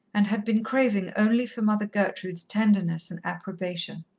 and had been craving only for mother gertrude's tenderness and approbation.